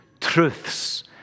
truths